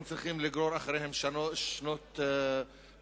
הם צריכים לגרור אחריהם את שנות הלימודים